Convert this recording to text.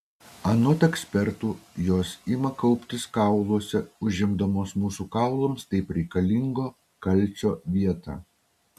anot ekspertų jos ima kauptis kauluose užimdamos mūsų kaulams taip reikalingo kalcio vietą